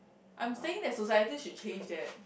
I'm saying that society should change that